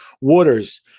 waters